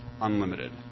unlimited